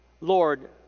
Lord